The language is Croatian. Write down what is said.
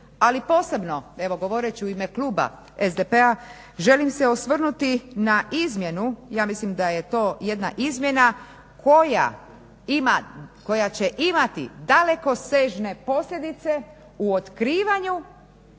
Ali, posebno, evo govoreći u ime kluba SDP-a želim se osvrnuti na izmjenu, ja mislim da je to jedna izmjena koja ima, koja će imati dalekosežne posljedice u otkrivanju